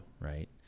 right